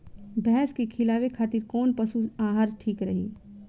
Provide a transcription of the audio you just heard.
भैंस के खिलावे खातिर कोवन पशु आहार ठीक रही?